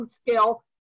scale